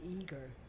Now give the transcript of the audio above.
eager